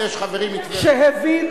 חבר